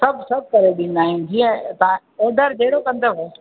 सभु सभु करे ॾींदा आहियूं जीअं तव्हां ऑडर जहिड़ो कंदव